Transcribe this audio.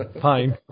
fine